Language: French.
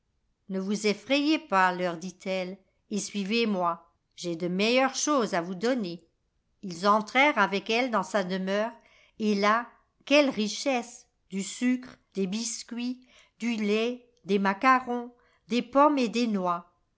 ne vous effrayez pas leur dit-elle et suivezmoi j'ai de meilleures choses à vous donner ils entrèrent avec elle dans sa demeure et là quelle richesse du sucre des biscuits du lait des macarons des pommes et des noix